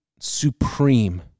supreme